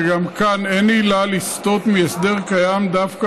וגם כאן אין עילה לסטות מההסדר הקיים דווקא